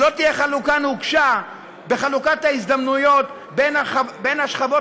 שלא תהיה חלוקה נוקשה בחלוקת ההזדמנויות בין השכבות